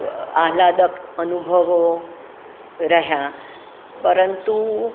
આહ્લાદક અનુભવો રહ્યા પરંતુ